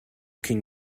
can